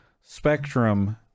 Spectrum